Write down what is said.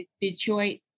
Detroit